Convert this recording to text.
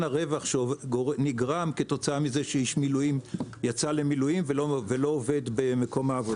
הרווח שנגרם כתוצאה מזה שאיש מילואים יצא למילואים ולא עובד במקום העבודה.